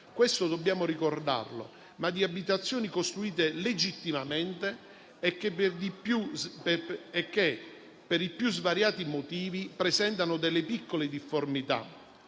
- dobbiamo ricordarlo - ma di abitazioni costruite legittimamente e che, per i più svariati motivi, presentano delle piccole difformità.